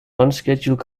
unscheduled